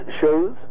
shows